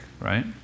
right